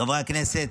חברי הכנסת,